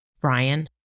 Brian